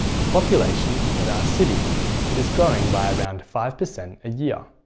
the population of our city is growing by around five percent a year.